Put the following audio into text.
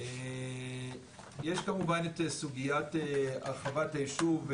יש כמובן את סוגיית הרחבת הישוב,